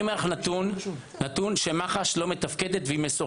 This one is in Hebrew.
אני אומר לך שמח"ש לא מתפקדת, מסורסת.